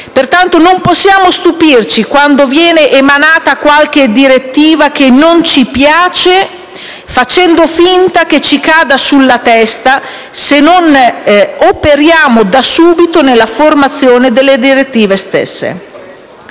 Pertanto, non possiamo stupirci quando viene adottata qualche direttiva che non ci piace, facendo finta che ci cada sulla testa, se non operiamo da subito sulla formazione delle direttive stesse.